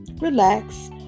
relax